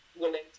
willing